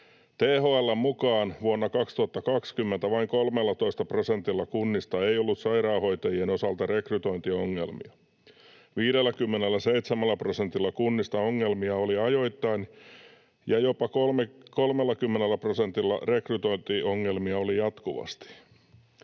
THL:n mukaan vuonna 2020 vain 13 prosentilla kunnista ei ollut sairaanhoitajien osalta rekrytointiongelmia. 57 prosentilla kunnista ongelmia oli ajoittain ja jopa 30 prosentilla rekrytointiongelmia oli jatkuvasti.